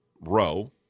row